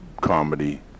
comedy